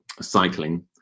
cycling